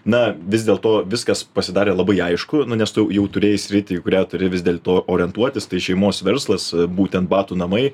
na vis dėl to viskas pasidarė labai aišku nu nes tu jau jau turėjai sritį į kurią turi vis dėl to orientuotis tai šeimos verslas būtent batų namai